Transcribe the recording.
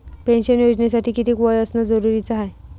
Pension योजनेसाठी कितीक वय असनं जरुरीच हाय?